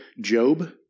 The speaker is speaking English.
Job